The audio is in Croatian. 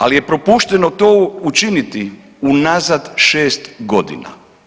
Ali je propušteno to učiniti unazad 6 godina.